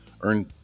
earned